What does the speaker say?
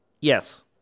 Yes